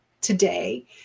today